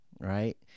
Right